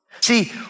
See